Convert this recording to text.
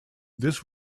this